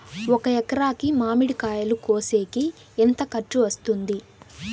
ఒక ఎకరాకి మామిడి కాయలు కోసేకి ఎంత ఖర్చు వస్తుంది?